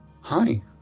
Hi